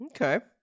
Okay